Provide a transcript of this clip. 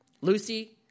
Lucy